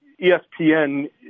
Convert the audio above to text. ESPN